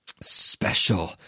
special